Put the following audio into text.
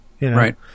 Right